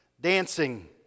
dancing